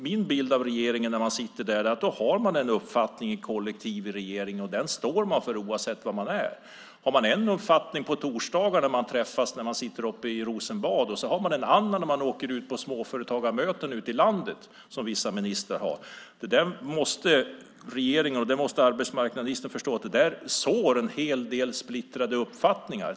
Min bild av regeringen när den sitter där är att man har en kollektiv uppfattning och att man står för den oavsett var man är. Om man har en uppfattning på torsdagar när man träffas i Rosenbad och en annan uppfattning när man åker ut på småföretagarmöten i landet, som vissa ministrar har, måste arbetsmarknadsministern förstå att det sår en hel del splittrade uppfattningar.